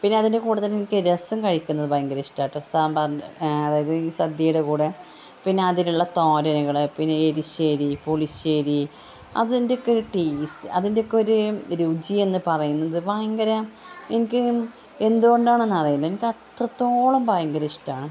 പിന്നെ അതിൻ്റെ കൂടെ തന്നെ എനിക്ക് രസം കഴിക്കുന്നത് ഭയങ്കരിഷ്ടാട്ടോ സാമ്പാറിൻ്റെ അതായത് ഈ സദ്യയുടെ കൂടെ പിന്നെ അതിലുള്ള തോരനുകൾ പിന്നെ എരിശ്ശേരി പുളിശേരി അതിന്റൊക്കെയൊരു ടേസ്റ്റ് അതിന്റെയൊക്കെയൊരു രുചി എന്ന് പറയുന്നത് ഭയങ്കര എനിക്ക് എന്തുകൊണ്ടാണെന്ന് അറിയില്ല എനിക്ക് അത്രത്തോളം ഭയങ്കര ഇഷ്ടമാണ്